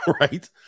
right